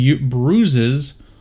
bruises